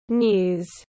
news